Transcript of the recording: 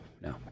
No